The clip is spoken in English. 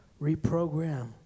reprogram